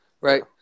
right